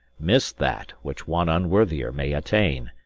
miss that which one unworthier may attain,